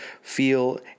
Feel